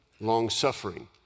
long-suffering